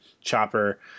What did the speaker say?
Chopper